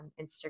Instagram